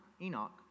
Enoch